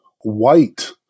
white